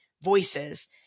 voices